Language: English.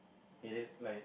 it is like